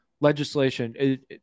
legislation